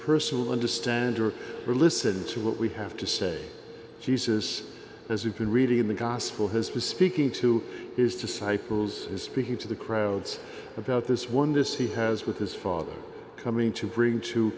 personal understand or listen to what we have to say jesus as you can read in the gospel his was speaking to his disciples speaking to the crowds about this one this he has with his father coming to bring to